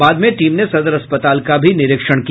बाद में टीम ने सदर अस्पताल का भी निरीक्षण किया